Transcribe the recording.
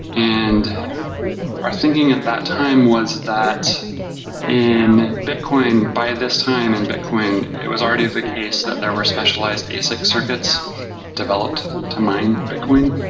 and our thinking that time was that in bitcoin, by this time and bitcoin, it was already at the case that there were specialized asics circuits developed to mine bitcoin.